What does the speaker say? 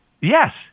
Yes